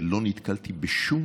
ולא נתקלתי בשום